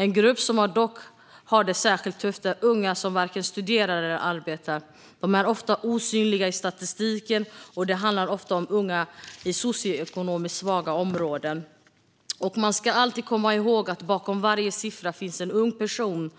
En grupp som dock har det särskilt tufft är unga som varken studerar eller arbetar. De är ofta osynliga i statistiken, och det handlar ofta om unga i socioekonomiskt svaga områden. Man ska alltid komma ihåg att bakom varje siffra finns en ung person